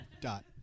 dot